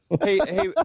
Hey